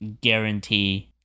guarantee